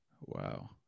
Wow